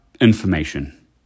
information